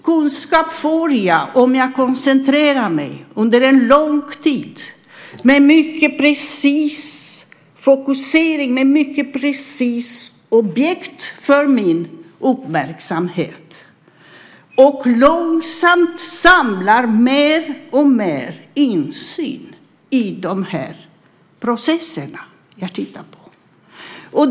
Kunskap får jag om jag koncentrerar mig under lång tid, med mycket precis fokusering och ett mycket precist objekt för min uppmärksamhet, och långsamt samlar mer och mer insyn i de processer jag tittar på.